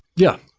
yeah.